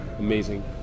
amazing